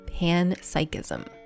panpsychism